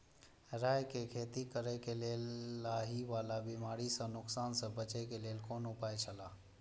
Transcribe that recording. राय के खेती करे के लेल लाहि वाला बिमारी स नुकसान स बचे के लेल कोन उपाय छला?